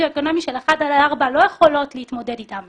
אקונומי של 1 עד 4 לא יכולות להתמודד אתם.